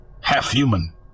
half-human